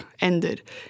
ended